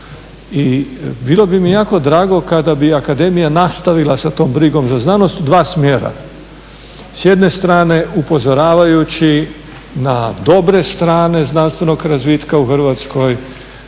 I bilo bi mi jako drago kada bi akademija nastavila sa tom brigom za znanost u dva smjera. S jedne strane upozoravajući na dobre strane znanstvenog razvitka u Hrvatskoj,